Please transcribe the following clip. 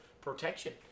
protection